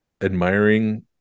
admiring